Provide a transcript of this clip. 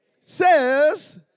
says